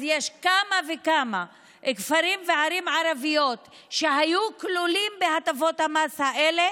אז יש כמה וכמה כפרים וערים ערביים שהיו כלולים בהטבות המס האלה